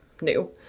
new